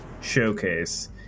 showcase